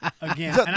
Again